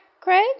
Craig